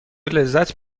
لذت